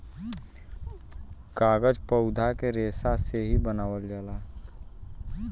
कागज पौधन के रेसा से ही बनावल जाला